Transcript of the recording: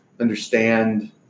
understand